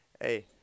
hey